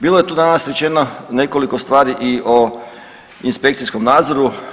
Bilo je tu danas rečeno nekoliko stvari i o inspekcijskom nadzoru.